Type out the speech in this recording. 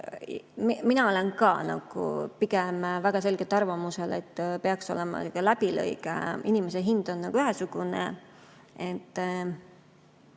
Mina olen ka pigem väga selgelt arvamusel, et peaks olema nagu läbilõige, inimese hind on nagu ühesugune,